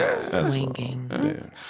swinging